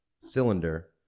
cylinder